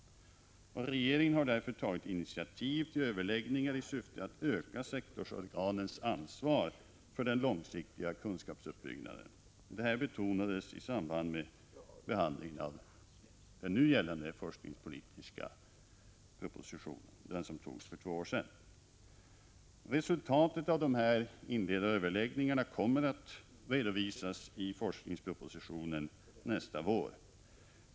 Regeringen har därför tagit initiativ till överläggningar i syfte att öka sektorsorganens ansvar för den långsiktiga kunskapsuppbyggnaden. Detta betonades i samband med behandlingen av den forskningspolitiska propositionen, som behandlades för två år sedan. Resultatet av dessa inledande överläggningar redovisas i forskningspropositionen nästa vår.